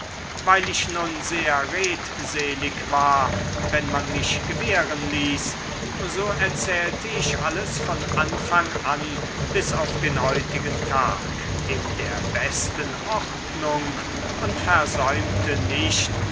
weil ich nun sehr redselig war wenn man mich gewähren ließ so erzählte ich alles von anfang an bis auf den heutigen tag in der besten ordnung und versäumte nicht